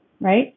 right